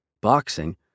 Boxing